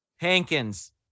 Hankins